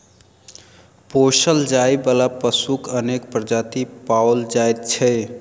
पोसल जाय बला पशुक अनेक प्रजाति पाओल जाइत छै